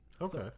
Okay